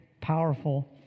powerful